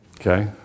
Okay